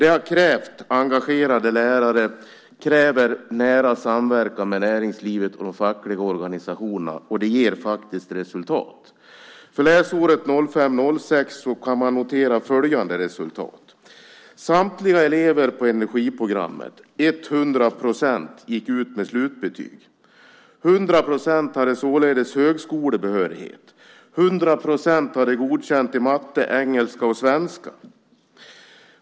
Det har krävt engagerade lärare och nära samverkan med näringslivet och de fackliga organisationerna. Det ger faktiskt resultat. För läsåret 2005/06 kan man notera följande resultat. Samtliga elever på energiprogrammet, 100 %, gick ut med slutbetyg. 100 % hade således högskolebehörighet. 100 % hade godkänt i matte, engelska och svenska.